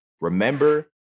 remember